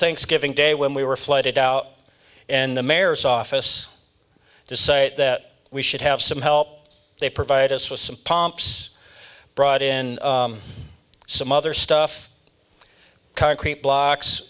thanksgiving day when we were flooded out and the mare's office to say that we should have some help they provided us with some pumps brought in some other stuff concrete blocks